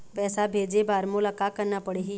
पैसा भेजे बर मोला का करना पड़ही?